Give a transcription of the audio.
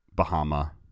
bahama